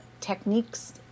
techniques